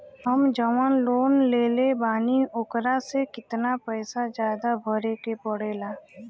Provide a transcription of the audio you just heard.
हम जवन लोन लेले बानी वोकरा से कितना पैसा ज्यादा भरे के पड़ेला?